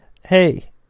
Hey